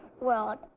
World